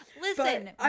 Listen